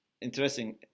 interesting